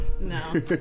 No